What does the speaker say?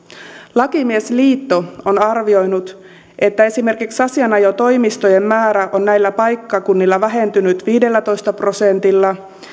lakimiesliitto on arvioinut että esimerkiksi asianajotoimistojen määrä on näillä paikkakunnilla vähentynyt viidellätoista prosentilla